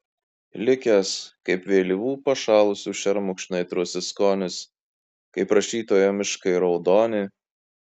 likęs kaip vėlyvų pašalusių šermukšnių aitrusis skonis kaip rašytojo miškai raudoni